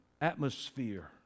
atmosphere